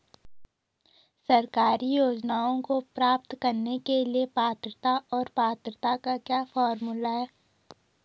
सरकारी योजनाओं को प्राप्त करने के लिए पात्रता और पात्रता का क्या फार्मूला है?